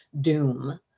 doom